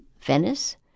Venice